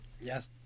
Yes